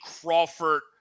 Crawford